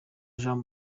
jean